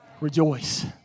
Rejoice